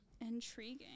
Intriguing